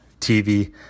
TV